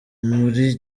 muri